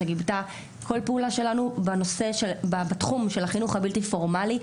שגיבתה כל פעולה שלנו בתחום של החינוך הבלתי פורמלי,